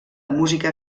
música